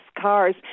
cars